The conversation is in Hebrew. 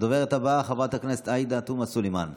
הדוברת הבאה, חברת הכנסת עאידה תומא סלימאן.